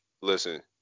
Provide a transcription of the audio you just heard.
listen